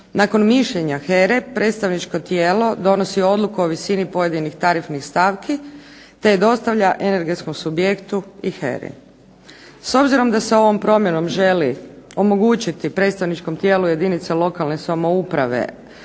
Nakon mišljenja HERA-e predstavničko tijelo donosi odluku o visini pojedinih tarifnih stavki, te je dostavlja energetskom subjekti i HERA-i. S obzirom da se ovom promjenom želi omogućiti predstavničkom tijelu jedinica lokalne samouprave,